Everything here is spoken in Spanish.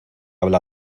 habla